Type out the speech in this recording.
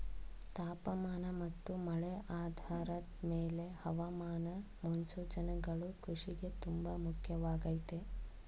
ತಾಪಮಾನ ಮತ್ತು ಮಳೆ ಆಧಾರದ್ ಮೇಲೆ ಹವಾಮಾನ ಮುನ್ಸೂಚನೆಗಳು ಕೃಷಿಗೆ ತುಂಬ ಮುಖ್ಯವಾಗಯ್ತೆ